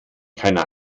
keiner